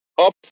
up